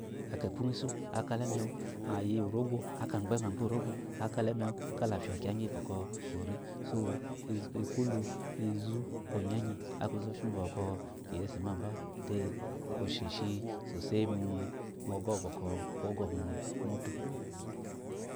Eke kudu isu ekala emɛwu əayi orogwo akagbe əɔ gbɛ orogwo akala emɛwu, kalafya kiya ngibɔkɔ ori so ekulu izu onyanyi aku izɔfi bɔƙ kiyese maba te osheshi soseyi mu mɔgɔwu bɔkɔ ogɔ mu mutu,